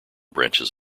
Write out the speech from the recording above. branches